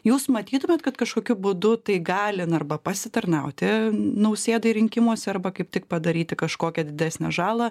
jūs matytumėt kad kažkokiu būdu tai gali na arba pasitarnauti nausėdai rinkimuose arba kaip tik padaryti kažkokią didesnę žalą